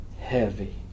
Heavy